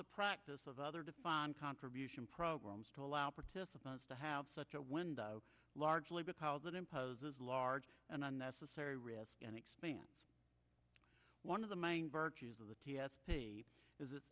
the practice of other defined contribution programs to allow participants to have such a window largely because it imposes large and unnecessary risk and expand one of the main virtues of the t s p is it